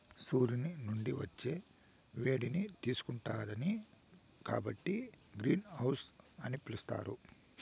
సూర్యుని నుండి వచ్చే వేడిని తీసుకుంటాది కాబట్టి గ్రీన్ హౌస్ అని పిలుత్తారు